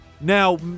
Now